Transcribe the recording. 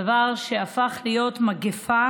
דבר שהפך להיות מגפה